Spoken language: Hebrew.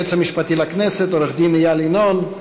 היועץ המשפטי לכנסת עורך-דין איל ינון,